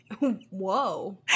Whoa